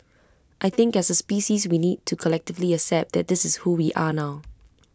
I think as A species we need to collectively accept that this is who we are now